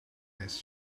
this